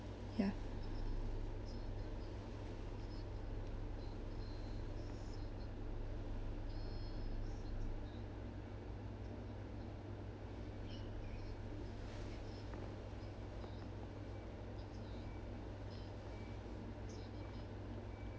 ya